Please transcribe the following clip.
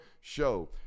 show